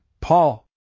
Paul